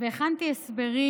והכנתי הסברים,